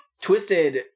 Twisted